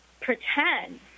pretend